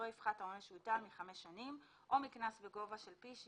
לא יפחת העונש שיוטל מחמש שנים או מקנס בגובה של פי 6